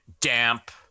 damp